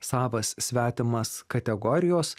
savas svetimas kategorijos